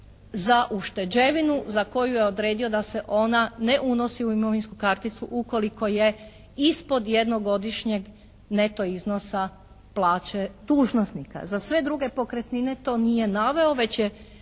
za ušteđevinu za koju je odredio da se ona ne unosi u imovinsku karticu ukoliko je ispod jednogodišnjeg neto iznosa plaće dužnosnika. Za sve druge pokretnine to nije naveo već je